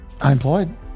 unemployed